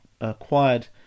acquired